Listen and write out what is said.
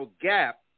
gap